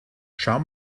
schau